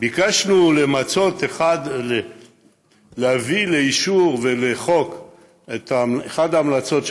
ביקשנו למצות ולהביא לאישור כחוק את אחת ההמלצות,